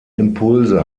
impulse